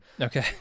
okay